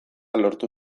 lortu